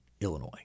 Illinois